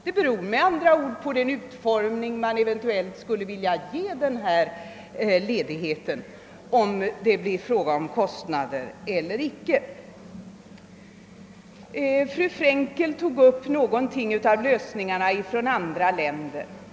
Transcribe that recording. Det beror med andra ord på hur denna ledighet kan utformas om det blir fråga om kostnader eller icke. Fru Frenkel redogjorde något för de lösningar som förekommer i andra länder.